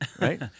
right